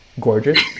gorgeous